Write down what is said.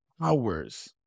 hours